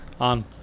on